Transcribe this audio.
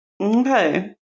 Okay